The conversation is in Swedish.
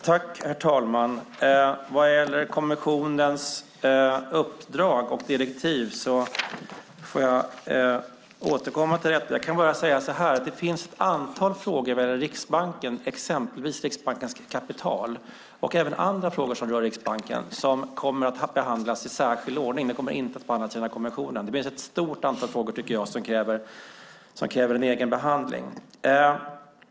Herr talman! Jag får återkomma till kommitténs uppdrag och direktiv. Jag kan bara säga att det finns ett antal frågor när det gäller exempelvis Riksbankens kapital och även andra frågor som rör Riksbanken som kommer att behandlas i särskild ordning. De kommer inte att behandlas i denna kommitté. Det finns ett stort antal frågor som kräver en egen behandling.